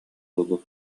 буолуо